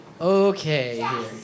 Okay